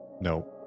No